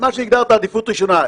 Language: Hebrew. ומה הגדרת כעדיפות ראשונה,